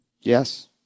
yes